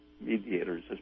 mediators